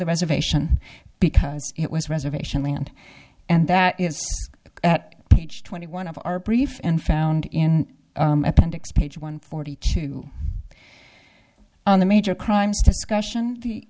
the reservation because it was reservation land and that is at page twenty one of our brief and found in appendix page one forty two on the major crimes discussion